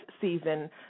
season